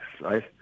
right